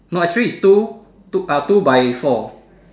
no actually is two two uh two by four